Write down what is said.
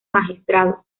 magistrado